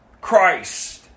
Christ